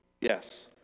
Yes